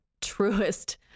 truest